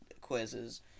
quizzes